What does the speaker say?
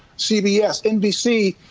cbs, nbc,